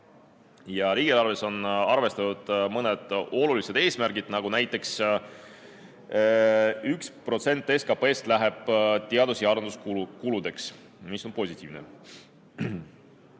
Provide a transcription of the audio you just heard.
Riigieelarves on arvestatud mõned olulised eesmärgid, nagu näiteks 1% SKP-st läheb teadus‑ ja arenduskuludeks, mis on positiivne.